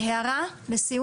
רצית הערה לסיום?